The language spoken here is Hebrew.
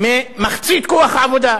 ממחצית כוח העבודה,